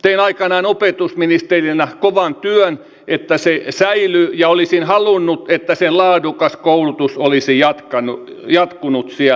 tein aikanaan opetusministerinä kovan työn että se säilyi ja olisin halunnut että se laadukas koulutus olisi jatkunut siellä